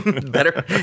Better